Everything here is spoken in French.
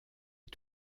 est